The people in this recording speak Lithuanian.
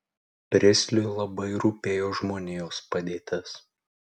pristliui labai rūpėjo žmonijos padėtis